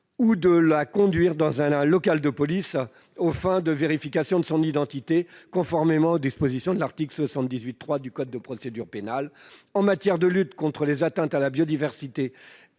ou de la conduire dans un local de police aux fins de vérification de son identité, conformément aux dispositions de l'article 78-3 du code de procédure pénale. En matière de lutte contre les atteintes à la biodiversité